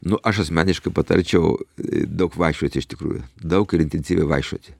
nu aš asmeniškai patarčiau daug vaikščioti iš tikrųjų daug ir intensyviai vaikščioti